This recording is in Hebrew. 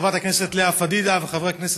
חברות הכנסת לאה פדידה ונאוה